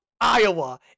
Iowa